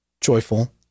joyful